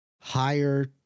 higher